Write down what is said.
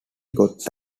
got